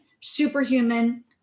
Superhuman